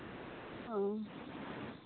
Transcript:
ᱚ